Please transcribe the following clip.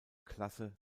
klasse